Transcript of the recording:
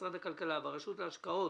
משרד הכלכלה והרשות להשקעות